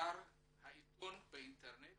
אתר העיתון באינטרנט